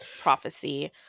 prophecy